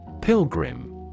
Pilgrim